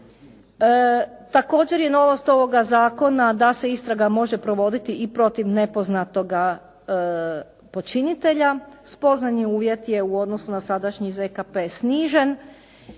Također je novost ovog zakona da se istraga može provoditi i protiv nepoznatoga počinitelja. Spoznan je uvjet je u odnosu na sadašnji ZKP snižen